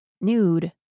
nude